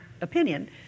opinion